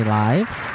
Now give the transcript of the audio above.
lives